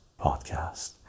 podcast